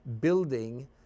building